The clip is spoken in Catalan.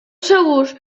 segurs